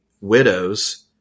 widows